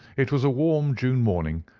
it was a warm june morning,